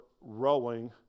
rowing